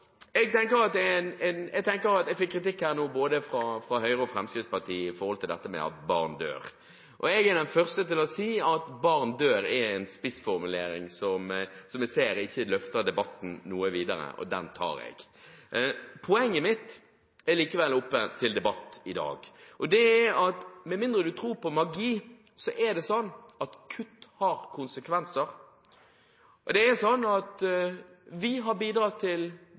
Fremskrittspartiet for dette med at barn dør, og jeg er den første til å si at «barn dør» er en spissformulering som jeg ser ikke løfter debatten noe videre – og den tar jeg. Poenget mitt er likevel oppe til debatt i dag, og det er at med mindre du tror på magi, er det sånn at kutt har konsekvenser. Vi har bidratt, gjennom bistandsprosjekter, til bl.a. elektrifisering av Zanzibar og øyen Pemba. Leger ved sykehus på Pemba i Tanzania anslår at de sparer 90 menneskeliv i måneden på grunn av at de har tilgang til